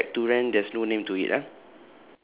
so the shack to rent there's no name to it ah